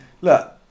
look